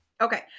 okay